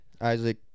Isaac